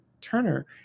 Turner